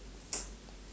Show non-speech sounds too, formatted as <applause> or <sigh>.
<noise>